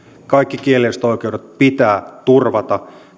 kaikki kielelliset oikeudet pitää turvata